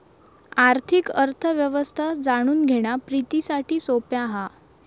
आर्थिक अर्थ व्यवस्था जाणून घेणा प्रितीसाठी सोप्या हा